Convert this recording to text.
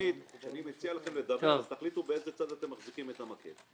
כשאני מציע לכם לדבר אז תמיד תחליטו באיזה צד אתם מחזיקים את המקל.